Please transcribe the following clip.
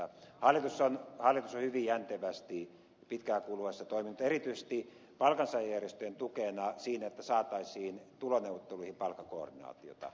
hallitus on hyvin jäntevästi pitkän ajan kuluessa toiminut erityisesti palkansaajajärjestöjen tukena siinä että saataisiin tuloneuvotteluihin palkkakoordinaatiota